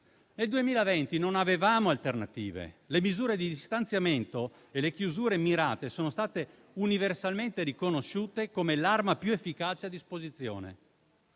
Nel 2020 non avevamo alternative: le misure di distanziamento e le chiusure mirate sono state universalmente riconosciute come l'arma più efficace a disposizione,